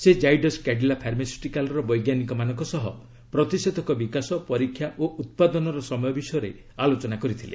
ସେ ଜାଇଡସ୍ କାଡ଼ିଲା ଫାର୍ମାସ୍ୟୁଟିକାଲ୍ର ବୈଜ୍ଞାନିକମାନଙ୍କ ସହ ପ୍ରତିଷେଧକ ବିକାଶ ପରୀକ୍ଷା ଓ ଉତ୍ପାଦନର ସମୟ ବିଷୟରେ ଆଲୋଚନା କରିଥିଲେ